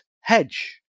hedge